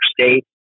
state